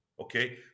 Okay